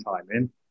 timing